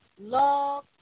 Love